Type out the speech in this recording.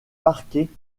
parquet